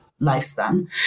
lifespan